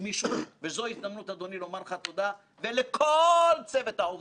גברתי מזכירת הכנסת לכל אחד ואחד מוקדש דף,